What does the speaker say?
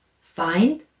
find